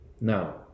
Now